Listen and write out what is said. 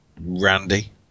Randy